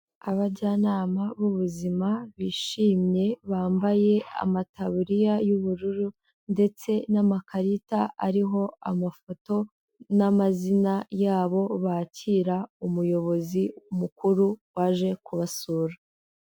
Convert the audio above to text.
Abajyanama b'ubuzima bishimye, bambaye amataburiya y'ubururu ndetse n'amakarita ariho amafoto n'amazina yabo, bakira umuyobozi mukuru waje kubasura.